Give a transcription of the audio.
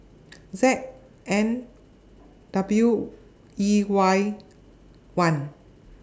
Z N W E Y one